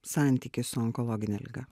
santykį su onkologine liga